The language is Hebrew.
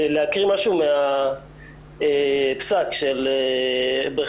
ולהקריא משהו מהפסק של --- לא,